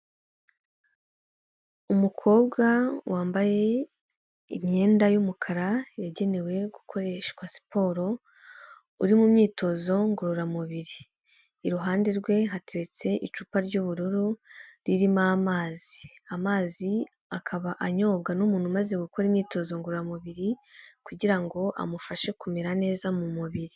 Umukobwa wambaye imyenda y'umukara yagenewe gukoreshwa siporo uri mu myitozo ngororamubiri iruhande rwe hateretse icupa ry'ubururu ririmo amazi. Amazi akaba anyobwa n'umuntu umaze gukora imyitozo ngororamubiri kugira ngo amufashe kumera neza mu mubiri.